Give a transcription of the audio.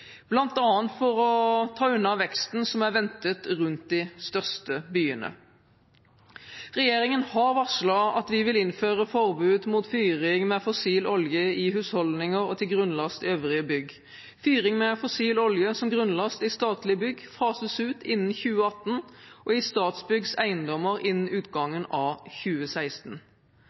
bl.a. for å ta unna veksten som er ventet rundt de største byene. Regjeringen har varslet at vi vil innføre forbud mot fyring med fossil olje i husholdninger og til grunnlast i øvrige bygg. Fyring med fossil olje som grunnlast i statlige bygg fases ut innen 2018, og i Statsbyggs eiendommer innen